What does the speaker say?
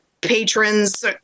patrons